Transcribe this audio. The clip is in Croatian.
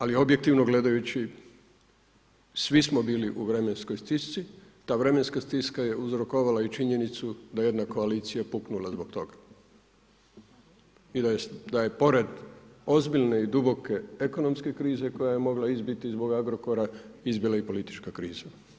Ali objektivno gledajući svi smo bili u vremenskoj stisci, ta vremenska stiska je uzrokovala i činjenicu da je jedna koalicija puknula zbog toga i da je pored ozbiljne i duboke ekonomske krize koja je mogla izbiti zbog Agrokora izbila i politička kriza.